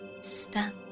step